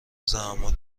زحمتایی